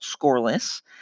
scoreless